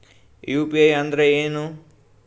UPI ಅಂದ್ರೆ ಏನು?